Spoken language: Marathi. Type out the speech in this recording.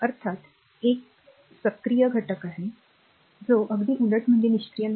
अर्थात एक सक्रिय घटक आहे जो अगदी उलट म्हणजे निष्क्रीय नाही